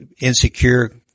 insecure